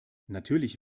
natürlich